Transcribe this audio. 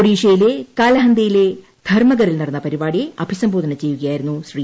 ഒഡീഷയിലെ കാലഹന്ദിയിക്കെ ധർമ്മഗറിൽ നടന്ന പരിപാടിയെ അഭിസംബോധന ചെയ്യുകയായിരുന്നു ശ്രീ